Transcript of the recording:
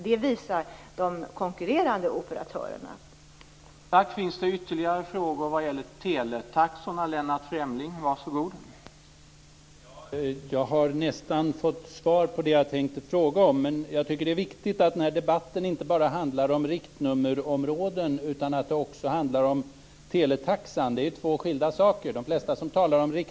Det har de konkurrerande operatörerna visat.